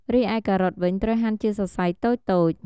រីឯការ៉ុតវិញ ត្រូវហាន់ជាសរសៃតូចៗ។